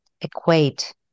equate